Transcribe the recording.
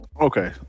Okay